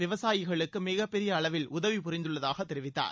விவசாயிகளுக்கு மிகப்பெரிய அளவில் உதவிபுரிந்துள்ளதாக தெரிவித்தார்